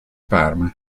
parma